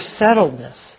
settledness